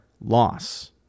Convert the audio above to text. loss